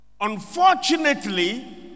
Unfortunately